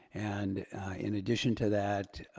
and in addition to that,